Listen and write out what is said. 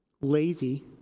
lazy